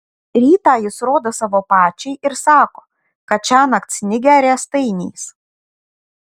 rytą jis rodo savo pačiai ir sako kad šiąnakt snigę riestainiais